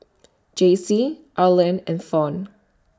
Jaycie Arland and Fawn